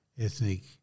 ethnic